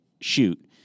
shoot